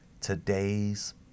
today's